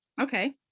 okay